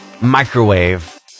microwave